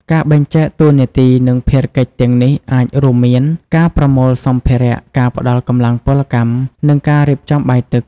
ការបែងចែកតួនាទី និងភារកិច្ចទាំងនេះអាចរួមមាន ការប្រមូលសម្ភារៈ ការផ្តល់កម្លាំងពលកម្ម និងការរៀបចំបាយទឹក។